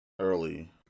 early